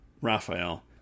Raphael